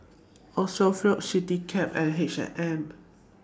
All Sephora Citycab and H and M